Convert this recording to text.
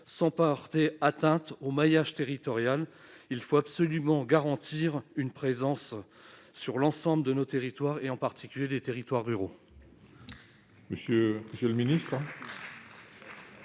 sans porter atteinte au maillage territorial ? Il est absolument nécessaire de garantir une présence sur l'ensemble de nos territoires, en particulier dans les territoires ruraux.